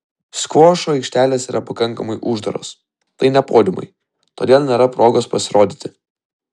skvošo aikštelės yra pakankamai uždaros tai ne podiumai todėl nėra progos pasirodyti